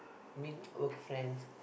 mean work friends